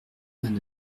vingt